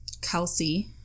Kelsey